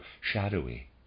shadowy